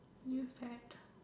new fad